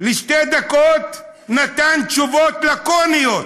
שתי דקות, נתן תשובות לקוניות,